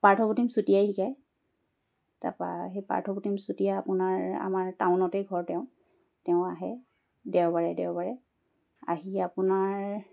পাৰ্থপ্ৰতিম চুটিয়াই শিকায় তাপা সেই পাৰ্থপ্ৰতিম চুটিয়া আপোনাৰ আমাৰ টাউনতেই ঘৰ তেওঁ তেওঁ আহে দেওবাৰে দেওবাৰে আহি আপোনাৰ